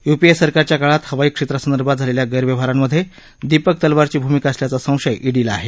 UPA सरकारच्या काळात हवाई क्षेत्रासंदर्भात झालेल्या गैरव्यवहारांमधे दीपक तलवारची भूमिका असल्याचा संशय ईडीला आहे